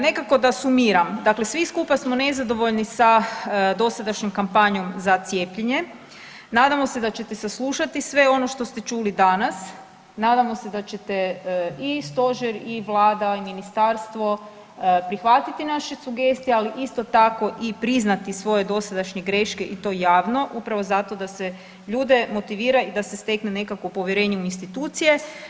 Nekako da sumiram, dakle svi skupa smo nezadovoljni sa dosadašnjom kampanjom za cijepljenje, nadamo se da ćete saslušati sve ono što ste čuli danas, nadamo se da ćete i stožer i Vlada i ministarstvo prihvatiti naše sugestije, ali isto tako i priznati svoje dosadašnje greške i to javno, upravo zato da se ljude motivira i da se stekne nekakvo povjerenje u institucije.